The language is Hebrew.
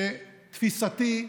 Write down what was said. שתפיסתי,